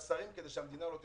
לשרים כדי שהמדינה לא תשותק.